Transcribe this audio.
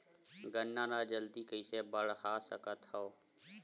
गन्ना ल जल्दी कइसे बढ़ा सकत हव?